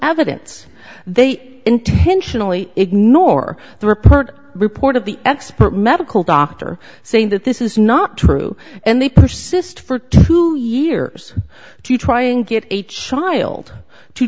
evidence they intentionally ignore the report report of the expert medical doctor saying that this is not true and they persist for two years to try and get a child to